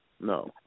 no